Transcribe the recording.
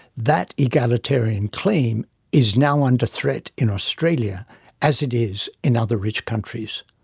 that egalitarian claim is now under threat in australia as it is in other rich countries.